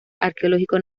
arqueológico